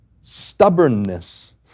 stubbornness